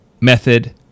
method